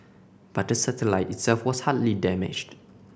but the satellite itself was hardly damaged